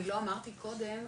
אני לא אמרתי קודם,